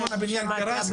כל הבניין קרס,